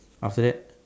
after that